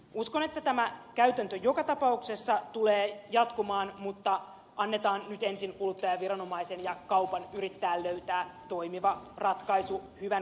uskon että tämä käytäntö joka tapauksessa tulee jatkumaan mutta annetaan nyt ensin kuluttajaviranomaisen ja kaupan yrittää löytää toimiva ratkaisu hyvän käytännön jatkumiseen